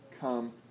come